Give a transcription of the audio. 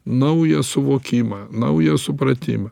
naują suvokimą naują supratimą